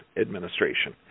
Administration